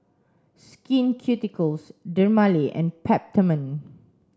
Skin Ceuticals Dermale and Peptamen